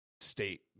state